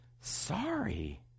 sorry